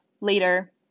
later